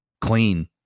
clean